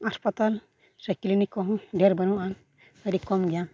ᱦᱟᱸᱥᱯᱟᱛᱟᱞ ᱥᱮ ᱠᱞᱤᱱᱤᱠ ᱠᱚᱦᱚᱸ ᱰᱷᱮᱨ ᱵᱟᱹᱱᱩᱜᱼᱟ ᱟᱹᱰᱤ ᱠᱚᱢ ᱜᱮᱭᱟ